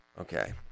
Okay